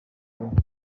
benshi